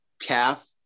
calf